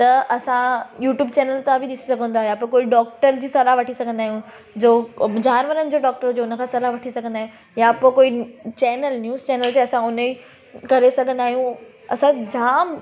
त असां YouTube channel तां बि ॾिसी सघंदा या पो कोई डॉक्टर जी सलाहु वठी सघंदा आहियूं जो जानवरनि जो डॉक्टर हुजे उन खां सलाहु वठी सघंदा आहियूं या पोइ कोई चैनल न्यूस चैनल ते असां उन जी करे सघंदा आहियूं असां जाम